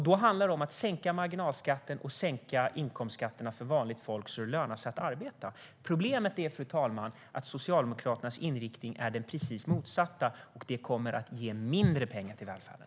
Då handlar det om att sänka marginalskatten och sänka inkomstskatterna för vanligt folk, så att det lönar sig att arbeta. Problemet är, fru talman, att Socialdemokraternas inriktning är den precis motsatta. Det kommer att ge mindre pengar till välfärden.